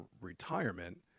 retirement